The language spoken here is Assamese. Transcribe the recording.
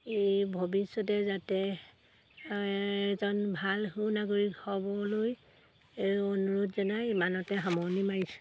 এই ভৱিষ্যতে যাতে এজন ভাল সু নাগৰিক হ'বলৈ অনুৰোধ জনাই ইমানতে সামৰণি মাৰিছোঁ